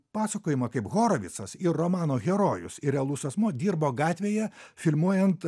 pasakojimą kaip horovicas ir romano herojus ir realus asmuo dirbo gatvėje filmuojant